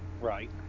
Right